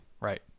Right